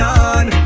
on